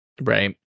right